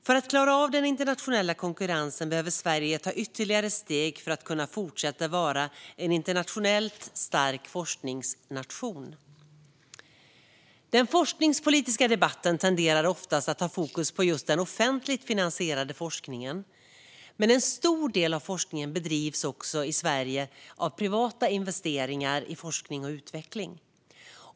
För att klara av den internationella konkurrensen behöver Sverige ta ytterligare steg för att fortsätta vara en internationellt stark forskningsnation. Den forskningspolitiska debatten tenderar oftast att ha fokus på just den offentligt finansierade forskningen. Men i Sverige bedrivs en stor del av forskningen genom privata investeringar i forskning och utveckling.